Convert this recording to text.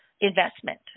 investment